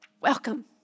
Welcome